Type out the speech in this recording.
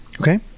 Okay